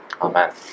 Amen